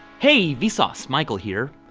hey, vsauce. michael here.